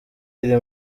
iri